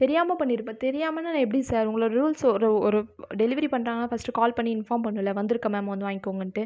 தெரியாமல் பண்ணியிருப்பார் தெரியாமன்னால் எப்படி சார் உங்களோடய ரூல்ஸ் ஒரு ஒரு டெலிவரி பண்றாங்கன்னா ஃபஸ்ட் கால் பண்ணி இன்ஃபார்ம் பண்ணணும்ல வந்துருக்கேன் மேம் வந்து வாங்கிக்கோங்கனுட்டு